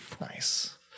Nice